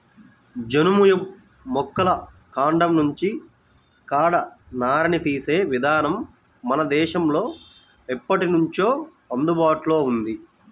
జనుము మొక్కల కాండం నుంచి కూడా నారని తీసే ఇదానం మన దేశంలో ఎప్పట్నుంచో అందుబాటులో ఉంది